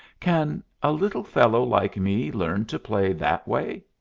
can a little fellow like me learn to play that way?